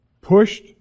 pushed